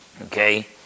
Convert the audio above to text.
okay